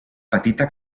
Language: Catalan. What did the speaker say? petita